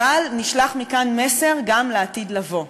אבל נשלח מכאן מסר גם לעתיד לבוא: